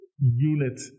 unit